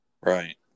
Right